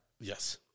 Yes